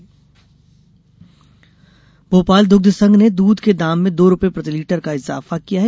सांची द्दध भोपाल दुग्धसंघ ने दूध के दाम में दो रूपये प्रतिलीटर का इजाफा किया है